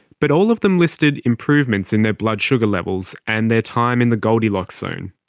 but all of them listed improvements in their blood sugar levels and their time in the goldilocks zone.